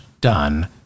done